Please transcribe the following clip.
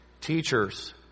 Teachers